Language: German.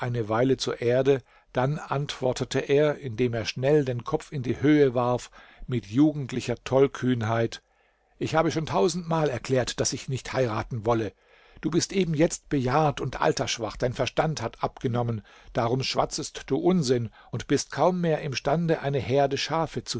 eine weile zur erde dann antwortete er indem er schnell den kopf in die höhe warf mit jugendlicher tollkühnheit ich habe schon tausendmal erklärt daß ich nicht heiraten wolle du bist eben jetzt bejahrt und altersschwach dein verstand hat abgenommen darum schwatzest du unsinn und bist kaum mehr imstande eine herde schafe